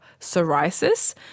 psoriasis